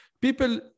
people